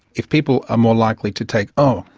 if people are more likely to take oh,